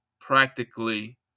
practically